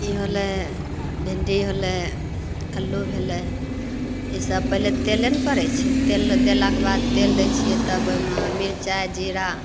ई होलै भिण्डी होलै अल्लू भेलै ईसब पहिले तेले ने पड़ै छै तेल देलाके बाद तेल दै छिए तब ओहिमे मिरचाइ जीरा